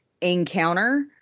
encounter